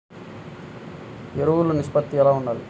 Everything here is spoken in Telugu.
ఎరువులు నిష్పత్తి ఎలా ఉండాలి?